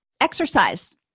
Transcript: exercise